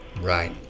Right